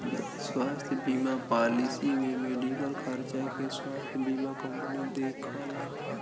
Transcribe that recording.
स्वास्थ्य बीमा पॉलिसी में मेडिकल खर्चा के स्वास्थ्य बीमा कंपनी देखला